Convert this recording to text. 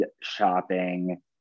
shopping